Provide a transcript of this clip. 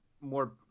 more